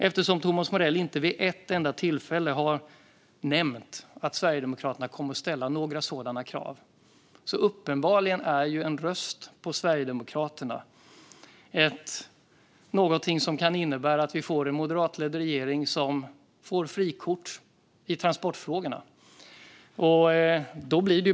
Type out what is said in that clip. Eftersom Thomas Morell inte vid ett enda tillfälle har nämnt att Sverigedemokraterna kommer att ställa några sådana krav är en röst på Sverigedemokraterna uppenbarligen något som kan innebära att vi får en moderatledd regering som får frikort i transportfrågorna.